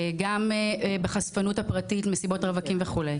גם בחשפנות הפרטית, מסיבות רווקים וכו'.